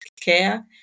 care